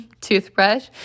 toothbrush